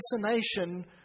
fascination